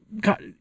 God